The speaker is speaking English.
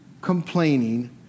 complaining